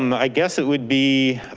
and i guess it would be,